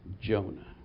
Jonah